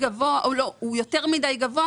מדינת ישראל ראתה עשרות אם לא מאות מיליוני שקלים.